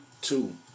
Two